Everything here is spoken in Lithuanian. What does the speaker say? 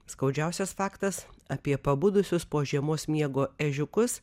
skaudžiausias faktas apie pabudusius po žiemos miego ežiukus